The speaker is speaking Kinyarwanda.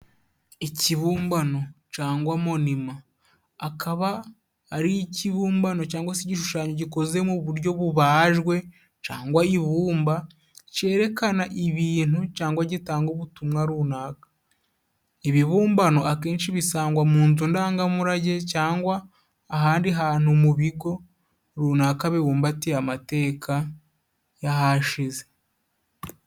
ikibumbano cangwa monima akaba ari ikibumbano cyangwa se igishushanyo gikoze mu buryo bubajwe, cangwa ibumba cerekana ibintu cangwa gitanga ubutumwa runaka, ibibumbano akenshi bisangwa mu nzu ndangamurage cangwa ahandi hantu mu bigo runaka bibumbatiye amateka y'ahashize.